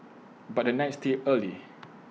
but the night still early